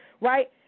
right